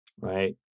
right